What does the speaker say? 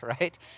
right